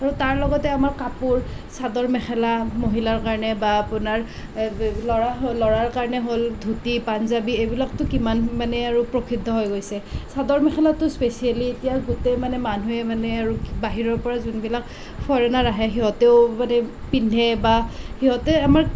আৰু তাৰ লগতে আমাৰ কাপোৰ চাদৰ মেখেলা মহিলাৰ কাৰণে বা আপোনাৰ ল'ৰা ল'ৰাৰ কাৰণে হ'ল ধুতি পাঞ্জাবী এইবিলাকতো কিমান মানে আৰু প্ৰসিদ্ধ হৈ গৈছে চাদৰ মেখেলাটো স্পেচিয়েলি এতিয়া গোটেই মানুহে মানে আৰু বাহিৰৰ পৰা যোনবিলাক ফৰেনাৰ আহে সিহঁতেও মানে পিন্ধে বা সিহঁতে আমাৰ